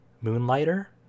Moonlighter